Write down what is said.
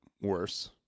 worse